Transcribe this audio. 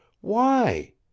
Why